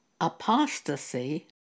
apostasy